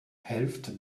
helft